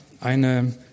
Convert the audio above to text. eine